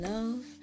Love